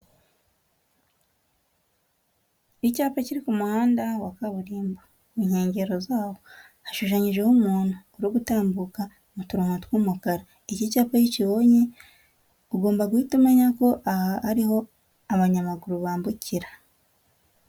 Icyapa kiri ku muhanda wa kaburimbo mu nkengero zawo, hashushanyijeho umuntu uri gutambuka mu turongo tw'umukara. Iki cyapa iyo ukibonye ugomba guhita umenya ko aha ariho abanyamaguru bambukira.